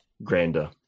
Grander